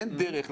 אין דרך.